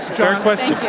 fair question.